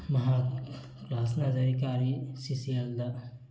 ꯃꯍꯥꯛ ꯀ꯭ꯂꯥꯁ ꯅꯖꯔꯤ ꯀꯥꯔꯤ ꯁꯤꯁꯤꯑꯦꯜꯗ